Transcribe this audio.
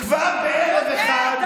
כבר בערב אחד,